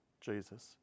Jesus